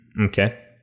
Okay